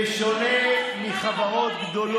בושה וחרפה.